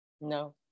No